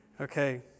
Okay